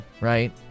right